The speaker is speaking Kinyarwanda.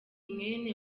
mwene